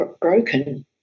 broken